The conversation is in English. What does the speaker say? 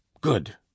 Good